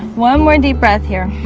one more deep breath here